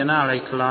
என அழைக்கலாம்